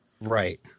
Right